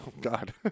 God